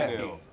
you